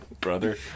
Brother